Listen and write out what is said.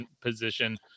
position